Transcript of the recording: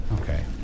Okay